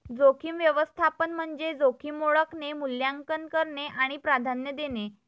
जोखीम व्यवस्थापन म्हणजे जोखीम ओळखणे, मूल्यांकन करणे आणि प्राधान्य देणे